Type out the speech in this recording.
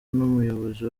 n’umuyobozi